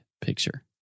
picture